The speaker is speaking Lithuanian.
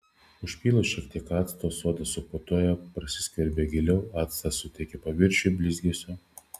užpylus šiek tiek acto soda suputoja prasiskverbia giliau actas suteikia paviršiui blizgesio